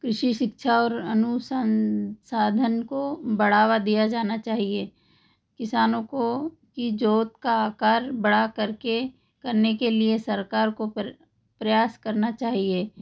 कृषि शिक्षा और अनुसंधान को बढ़ावा दिया जाना चाहिए किसानों को की ज्योत का आकार बड़ा करके करने के लिए सरकार को प्रयास करना चाहिए